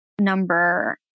number